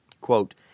Quote